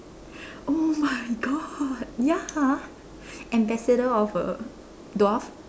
oh my God ya ambassador of a dwarf